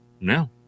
no